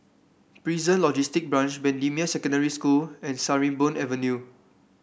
Prison Logistic Branch Bendemeer Secondary School and Sarimbun Avenue